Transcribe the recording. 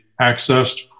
accessed